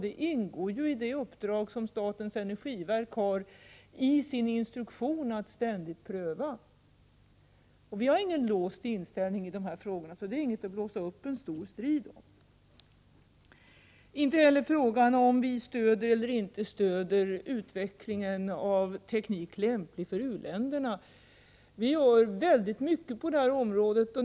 Den ingår i det som statens energiverk enligt sin instruktion har i uppdrag att ständigt pröva. Vi har ingen låst inställning i de här frågorna, så det är inget att blåsa upp en stor strid om. Inte heller i frågan om vi stöder eller inte stöder utvecklingen av teknik lämplig för u-länderna. Vi gör väldigt mycket på det området.